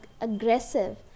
aggressive